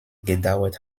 gedauert